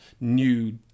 new